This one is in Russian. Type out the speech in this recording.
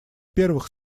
первых